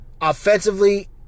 offensively